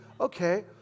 okay